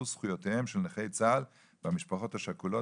זכויותיהם של נכי צה"ל והמשפחות השכולות,